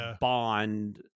Bond